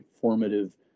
formative